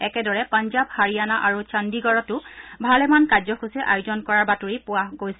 একেদৰে পঞ্জাব হাবিয়ানা আৰু চণ্ডিগড়তো ভালেমান কাৰ্যসূচী আয়োজন কৰাৰ বাতৰি পোৱা গৈছে